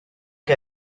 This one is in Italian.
che